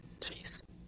Jeez